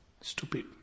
stupid